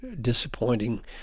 disappointing